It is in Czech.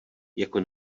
jako